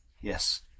yes